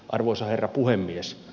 arvoisa herra puhemies